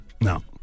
No